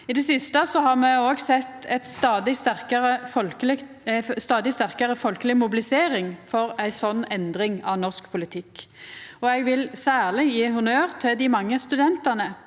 I det siste har me òg sett ei stadig sterkare folkeleg mobilisering for ei slik endring av norsk politikk. Eg vil særleg gje honnør til dei mange studentane